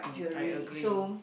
I agree